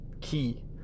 key